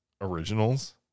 originals